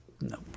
no